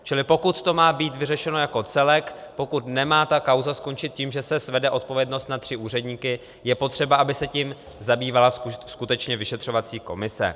Čili pokud to má být vyřešeno jako celek, pokud nemá ta kauza skončit tím, že se svede odpovědnost na tři úředníky, je potřeba, aby se tím zabývala skutečně vyšetřovací komise.